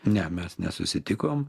ne mes nesusitikom